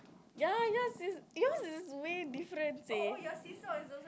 ya ya si~ yours is way different seh